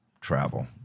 travel